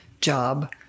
job